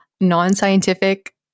non-scientific